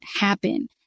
happen